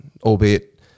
albeit